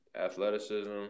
Athleticism